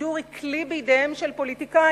השידור היא כלי בידיהם של פוליטיקאים.